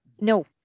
No